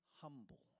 humble